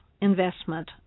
investment